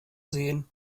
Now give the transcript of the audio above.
sehen